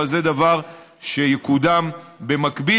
אבל זה דבר שיקודם במקביל,